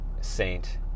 Saint